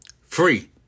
free